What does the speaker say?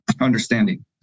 understanding